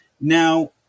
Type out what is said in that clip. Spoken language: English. Now